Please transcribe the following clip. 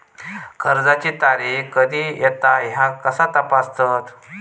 कर्जाची तारीख कधी येता ह्या कसा तपासतत?